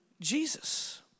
Jesus